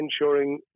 ensuring